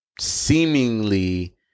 seemingly